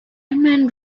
mind